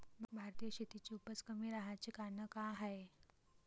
भारतीय शेतीची उपज कमी राहाची कारन का हाय?